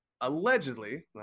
allegedly